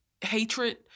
hatred